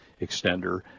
extender